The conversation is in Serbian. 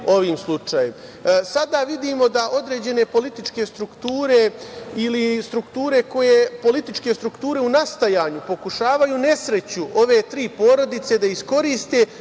Sada vidimo da određene političke strukture ili političke strukture u nastajanju pokušavaju nesreću ove tri porodice da iskoriste